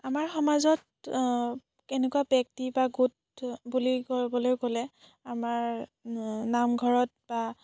আমাৰ সমাজত এনেকুৱা ব্যক্তি বা গোট বুলি ক'বলৈ গ'লে আমাৰ নামঘৰত বা